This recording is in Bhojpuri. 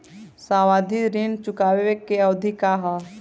सावधि ऋण चुकावे के अवधि का ह?